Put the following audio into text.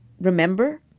remember